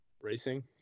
Racing